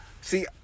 See